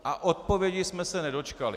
A odpovědi jsme se nedočkali.